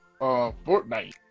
Fortnite